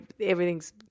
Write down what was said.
everything's